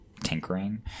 tinkering